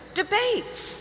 debates